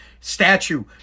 statue